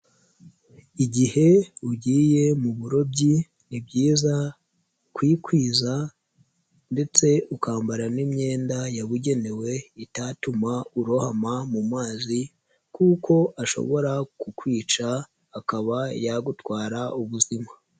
Igihe ugiye mu burobyi ni byiza kwikwiza ndetse ukambara n'imyenda yabugenewe itatuma urohama mu mazi kuko ashobora kukwica akaba yagutwara ubuzima.